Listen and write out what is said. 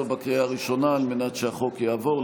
בקריאה הראשונה על מנת שהחוק הזה יעבור,